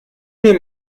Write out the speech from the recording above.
mir